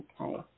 okay